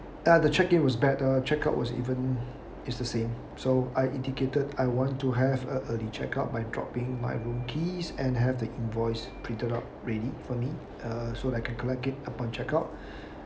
ya the check in was bad uh the checkout was even is the same so I indicated I want to have a early checkout by dropping my room keys and have the invoice printed out ready for me uh so I can collect it upon checkout